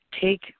take